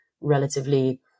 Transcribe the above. relatively